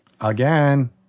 Again